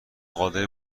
قادر